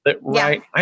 right